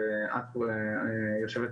ואת, היו"ר